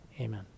Amen